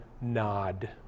nod